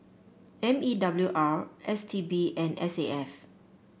M E W R S T B and S A F